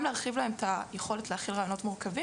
גם להרחיב להם את היכולת להכיל רעיונות מורכבים